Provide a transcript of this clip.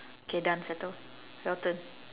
K done settle your turn